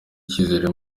ikizere